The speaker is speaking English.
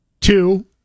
Two